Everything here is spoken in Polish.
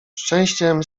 szczęściem